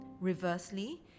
Reversely